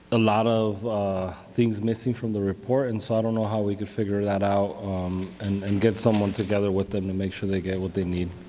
a lot of things missing from the report. and so i don't know how we can figure that out and and get someone together with them to make sure they get what they need.